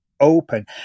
open